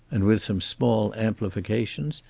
and with some small amplifications,